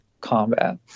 combat